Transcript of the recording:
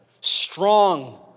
strong